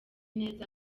neza